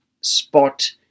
spot